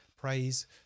Praise